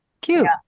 Cute